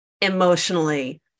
emotionally